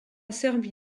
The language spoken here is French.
servi